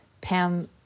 Pam